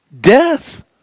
Death